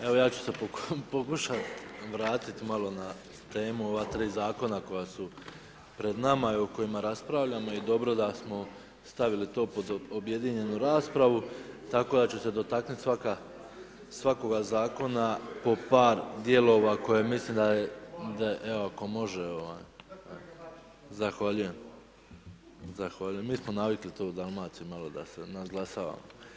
Evo ja ću se pokušati vratiti malo na temu o ova tri zakona koja su pred nama i o kojima raspravljamo i dobro da smo stavili to pod objedinjenu raspravu tako da ću se dotaknuti svakoga zakona po par dijelova koje mislim da je, evo ako može, …… [[Upadica se ne čuje.]] Zahvaljujem, zahvaljujem, mi smo navikli to u Dalmaciji malo da se nadglasavamo.